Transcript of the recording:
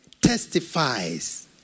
testifies